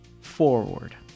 forward